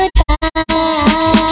goodbye